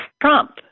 Trump